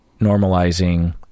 normalizing